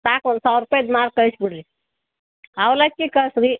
ಸಾಕು ಒಂದು ಸಾವಿರ ರೂಪಾಯ್ದು ಮಾಲು ಕಳ್ಸಿ ಬಿಡಿರಿ ಅವಲಕ್ಕಿ ಕಳ್ಸಿ ರಿ